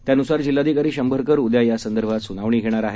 त्यानुसार जिल्हाधिकारी शंभरकर उद्या या संदर्भात सुनावणी घेणार आहेत